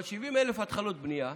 אבל 70,000 התחלות בנייה,